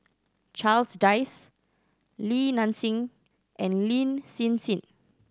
Charles Dyce Li Nanxing and Lin Hsin Hsin